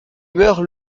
meurt